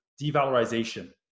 devalorization